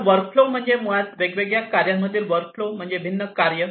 तर वर्कफ्लो म्हणजे मुळात वेगवेगळ्या कार्यांमधील वर्कफ्लो म्हणजे भिन्न कार्ये